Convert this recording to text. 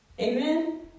amen